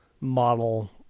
model